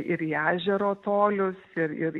ir į ežero tolius ir ir